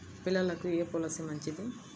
పిల్లలకు ఏ పొలసీ మంచిది?